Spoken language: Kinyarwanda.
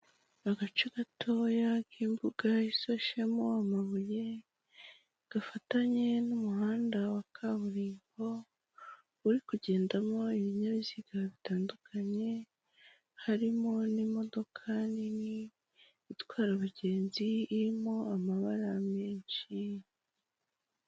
Agace gatoya k'imbuga ishashemo amabuye gafatanye n'umuhanda wa kaburimbo, uri kugendamo ibinyabiziga bitandukanye, harimo n'imodoka nini itwara abagenzi irimo amabara menshi.